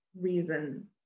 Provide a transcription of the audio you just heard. reason